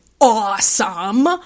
awesome